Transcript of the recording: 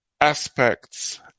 aspects